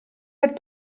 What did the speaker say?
het